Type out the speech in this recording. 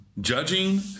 Judging